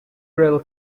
drill